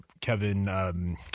Kevin